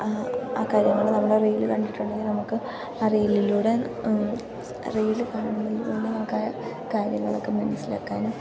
കാര്യങ്ങൾ നമ്മൾ റീൽ കണ്ടിട്ടുണ്ടെങ്കിൽ നമുക്ക് ആ റീലിലൂടെ റീൽ കാണുമ്പോൾ നമുക്ക് കാര്യങ്ങളൊക്കെ മനസ്സിലാക്കാനും